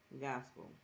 gospel